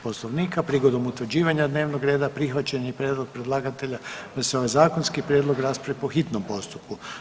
Poslovnika prigodom utvrđivanja dnevnog reda prihvaćen je prijedlog predlagatelja da se ovaj zakonski prijedlog raspravi po hitnom postupku.